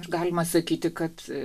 ir galima sakyti kad